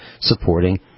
supporting